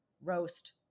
roast